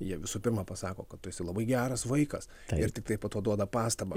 jie visų pirma pasako kad tu esi labai geras vaikas ir tiktai po to duoda pastabą